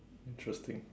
interesting